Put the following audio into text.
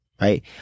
right